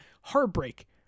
heartbreak